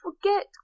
forget